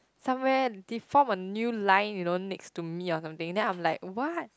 somewhere they form a new line you know next to me or something then I'm like what